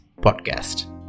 Podcast